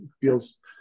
feels